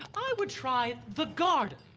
i would try the garden.